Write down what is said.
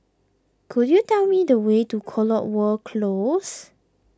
could you tell me the way to Cotswold Close